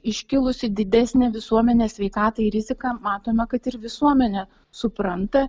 iškilusi didesnė visuomenės sveikatai rizika matome kad ir visuomenė supranta